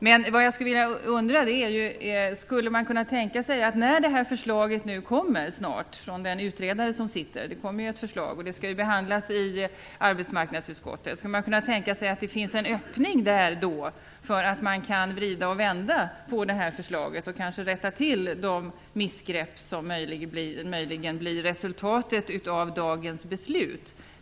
Men det jag undrar är: Det kommer snart ett förslag från den utredare som arbetar med detta och det skall behandlas i arbetsmarknadsutskottet. Skulle man då kunna tänka sig att det finns en öppning för att vrida och vända på det här förslaget och kanske rätta till de missgrepp som möjligen blir resultatet av dagens beslut?